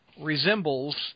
resembles